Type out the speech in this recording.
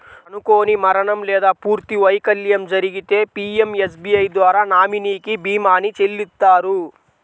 అనుకోని మరణం లేదా పూర్తి వైకల్యం జరిగితే పీయంఎస్బీఐ ద్వారా నామినీకి భీమాని చెల్లిత్తారు